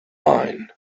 line